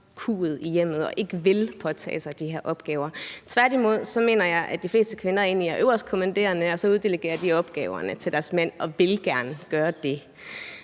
som ikke vil påtage sig de her opgaver. Tværtimod mener jeg egentlig, at de fleste kvinder er øverstkommanderende, og at de så uddelegerer opgaverne til deres mænd, og at de gerne vil gøre det.